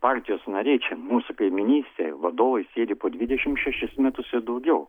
partijos nariai čia mūsų kaimynystėj vadovai sėdi po dvidešim šešis metus ir daugiau